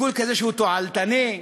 תועלתני,